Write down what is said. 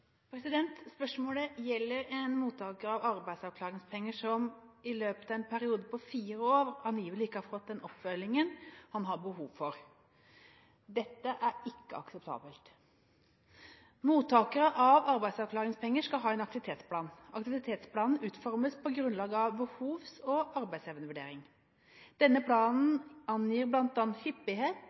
Spørsmålet gjelder en mottaker av arbeidsavklaringspenger som i løpet av en periode på fire år angivelig ikke har fått den oppfølgingen han har behov for. Dette er ikke akseptabelt. Mottakere av arbeidsavklaringspenger skal ha en aktivitetsplan. Aktivitetsplanen utformes på grunnlag av en behovs- og arbeidsevnevurdering. Denne planen angir bl.a. hyppighet